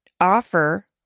offer